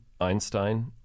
Einstein